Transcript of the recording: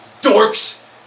dorks